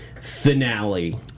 finale